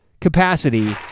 capacity